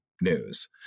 news